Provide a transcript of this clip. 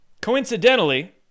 Coincidentally